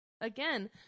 again